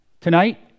Tonight